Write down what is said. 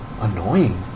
annoying